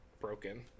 broken